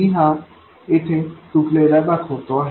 मी हा येथे तुटलेला दाखवतो आहे